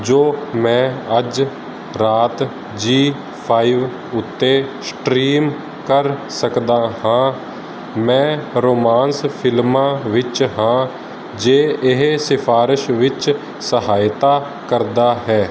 ਜੋ ਮੈਂ ਅੱਜ ਰਾਤ ਜ਼ੀ ਫਾਈਵ ਉੱਤੇ ਸਟ੍ਰੀਮ ਕਰ ਸਕਦਾ ਹਾਂ ਮੈਂ ਰੋਮਾਂਸ ਫਿਲਮਾਂ ਵਿੱਚ ਹਾਂ ਜੇ ਇਹ ਸਿਫਾਰਸ਼ ਵਿੱਚ ਸਹਾਇਤਾ ਕਰਦਾ ਹੈ